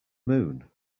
moon